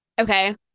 Okay